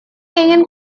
ingin